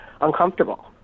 uncomfortable